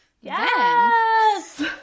Yes